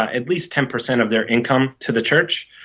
at least ten per cent, of their income to the church.